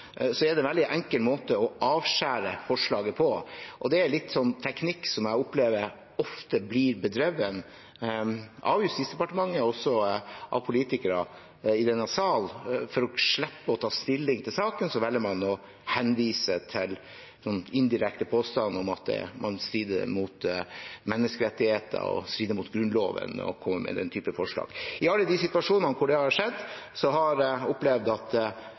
er det en veldig enkel måte å avskjære forslaget på, og det er en teknikk som jeg opplever ofte blir bedrevet av Justisdepartementet og også av politikere i denne salen. For å slippe å ta stilling til saken velger man å komme med en indirekte påstand om at det kan stride mot menneskerettigheter og mot Grunnloven å komme med den typen forslag. I alle de situasjonene hvor det har skjedd, har jeg opplevd at